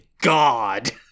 God